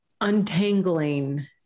untangling